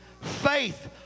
faith